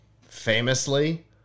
Famously